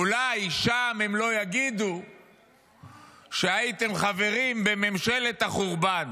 אולי שם הם לא יגידו שהייתם חברים בממשלת החורבן.